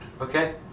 Okay